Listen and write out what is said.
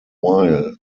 while